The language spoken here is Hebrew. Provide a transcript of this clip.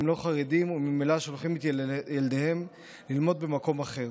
הם לא חרדים וממילא שולחים את ילדיהם ללמוד במקום אחר.